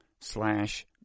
slash